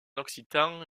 occitan